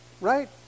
right